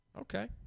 okay